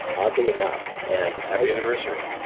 oddly enough. and happy anniversary.